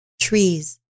trees